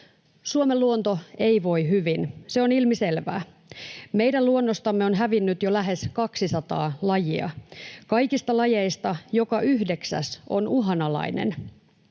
Suomen luonto ei voi hyvin, se on ilmiselvää. Meidän luonnostamme on hävinnyt jo lähes 200 lajia. Kaikista lajeista joka yhdeksäs on uhanalainen.